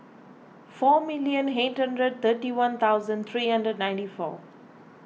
four million eight hundred thirty one thousand three hundred ninety four